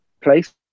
place